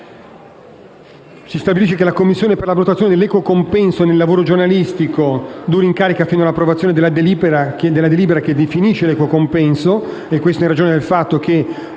Si stabilisce che la commissione per la votazione dell'equo compenso nel lavoro giornalistico duri in carica fino all'approvazione della delibera che definisce l'equo compenso stesso, in ragione del fatto che